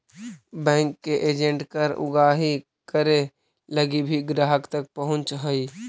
bank के agent कर उगाही करे लगी भी ग्राहक तक पहुंचऽ हइ